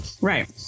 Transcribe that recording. Right